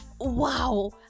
wow